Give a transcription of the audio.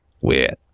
Weird